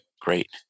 Great